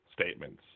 statements